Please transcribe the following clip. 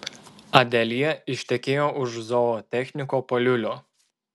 adelija ištekėjo už zootechniko paliulio